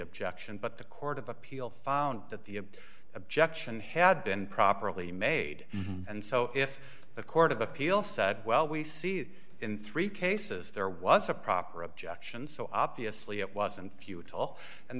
objection but the court of appeal found that the objection had been properly made and so if the court of appeal said well we see that in three cases there was a proper objection so obviously it wasn't futile and